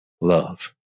Love